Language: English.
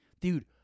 Dude